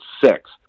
six